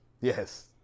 Yes